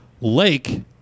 Lake